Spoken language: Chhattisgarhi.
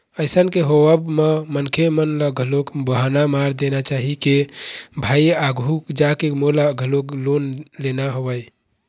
अइसन के होवब म मनखे मन ल घलोक बहाना मार देना चाही के भाई आघू जाके मोला घलोक लोन लेना हवय